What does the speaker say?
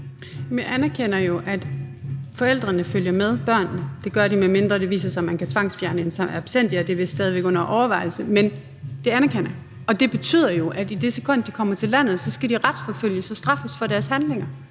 jeg anerkender jo, at forældrene følger med børnene – det gør de, medmindre det viser sig, at man kan tvangsfjerne dem in absentia, og det er vist stadig væk under overvejelse. Men det anerkender jeg. Og det betyder jo, at i det sekund de kommer til landet, skal de retsforfølges og straffes for deres handlinger.